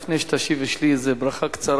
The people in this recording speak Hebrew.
אדוני השר, לפני שתשיב, אני רוצה לברך ברכה קצרה.